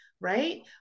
right